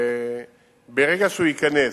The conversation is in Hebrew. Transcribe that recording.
וברגע שהוא ייכנס,